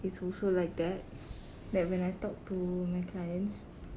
it's also like that like when I talk to my clients